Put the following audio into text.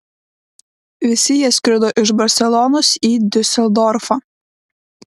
visi jie skrido iš barselonos į diuseldorfą